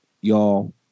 y'all